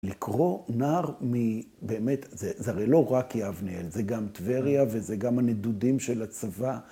לקרוא נער מבאמת, זה הרי לא רק יבניאל, זה גם טבריה וזה גם הנידודים של הצבא.